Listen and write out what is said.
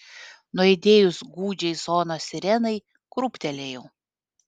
nuaidėjus gūdžiai zonos sirenai krūptelėjau